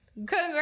Congrats